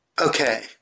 Okay